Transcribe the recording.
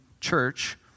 church